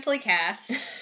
cast